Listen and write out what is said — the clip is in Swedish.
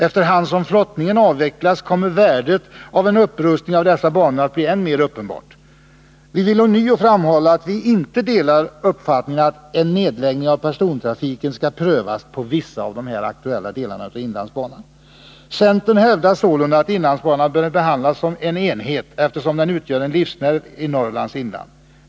Efter hand som flottningen avvecklas kommer värdet av en upprustning av dessa banor att bli än mer uppenbart. Vi vill ånyo framhålla att vi icke delar uppfattningen att en nedläggning av persontrafiken skall prövas på vissa här aktuella delar av inlandsbanan. Centern hävdar sålunda att inlandsbanan bör behandlas som en enhet, eftersom den utgör en livsnerv i Norrlands inland.